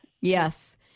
Yes